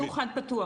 שהיה מוצדק מאוד.